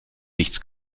nichts